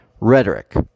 Rhetoric